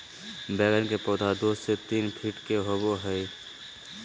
बैगन के पौधा दो से तीन फीट के होबे हइ